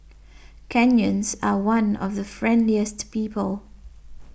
Kenyans are one of the friendliest people